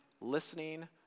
listening